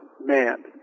man